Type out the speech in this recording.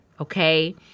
Okay